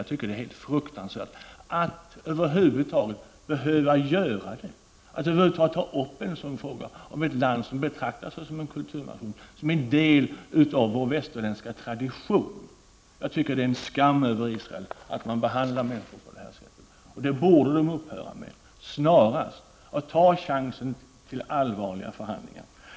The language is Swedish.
Jag tycker att det är rent fruktansvärt att över huvud taget behöva konstatera någonting sådant, att över huvud taget behöva ta upp en sådan fråga. Det gäller ju ett land som betraktar sig som en kulturnation, som en del av vår västerländska tradition. Enligt min mening vilar en skam över Israel som behandlar människor på det här sättet. Man borde snarast upphöra med det och ta chansen att föra allvarliga förhandlingar.